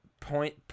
point